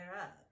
up